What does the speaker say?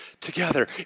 together